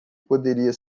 poderia